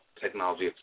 Technology